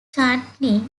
chutney